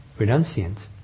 renunciant